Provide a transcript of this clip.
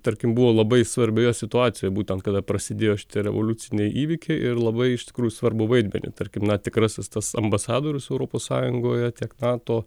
tarkim buvo labai svarbioje situacijoj būtent kada prasidėjo šitie revoliuciniai įvykiai ir labai iš tikrųjų svarbų vaidmenį tarkim na tikrasis tas ambasadorius europos sąjungoje tiek nato